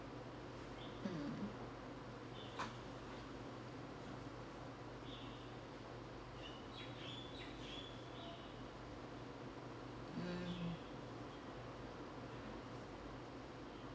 mm mm